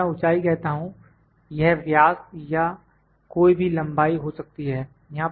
जब मैं ऊंचाई कहता हूं यह व्यास या कोई भी लंबाई हो सकती है